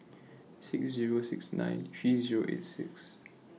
six Zero six nine three Zero eight six